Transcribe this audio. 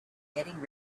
getting